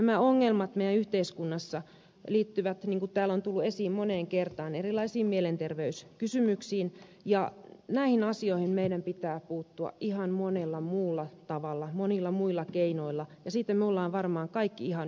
nämä ongelmat meidän yhteiskunnassamme liittyvät niin kuin täällä on tullut esiin moneen kertaan erilaisiin mielenterveyskysymyksiin ja näihin asioihin meidän pitää puuttua ihan monella muulla tavalla monilla muilla keinoilla ja siitä me olemme varmaan kaikki ihan yhtä mieltä